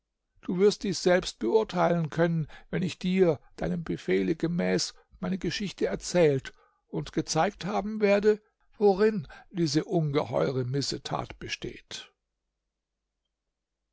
du wirst dies selbst beurteilen können wenn ich dir deinem befehle gemäß meine geschichte erzählt und gezeigt haben werde worin diese ungeheure missetat besteht